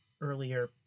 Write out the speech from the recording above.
earlier